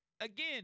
again